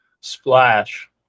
Splash